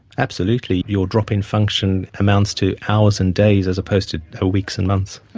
absolutely your drop in function amounts to hours and days as opposed to ah weeks and months.